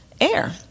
air